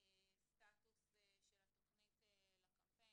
סטטוס של התוכנית לקמפיין,